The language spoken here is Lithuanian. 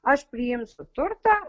aš priimsiu turtą